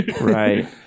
Right